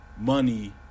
money